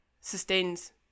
sustains